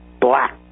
black